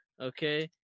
Okay